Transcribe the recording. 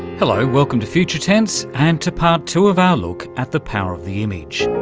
hello, welcome to future tense and to part two of our look at the power of the image.